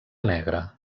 negra